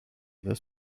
this